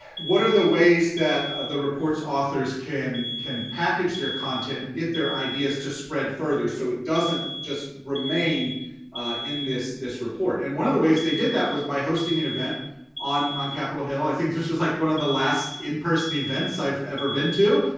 what are the ways that the report's authors can can package their content and get their ideas to spread further so it doesn't just remain in this this report? and one of the ways they did that was by hosting an event on on capitol hill, i think this was like one of the last in person events i've ever been to.